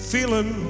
Feeling